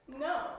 No